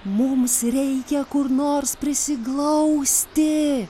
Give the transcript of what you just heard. mums reikia kur nors prisiglausti